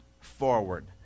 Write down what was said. forward